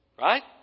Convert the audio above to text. Right